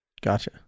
Gotcha